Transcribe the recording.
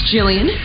Jillian